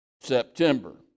September